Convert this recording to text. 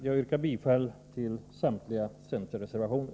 Jag yrkar bifall till samtliga centerreservationer.